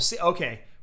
okay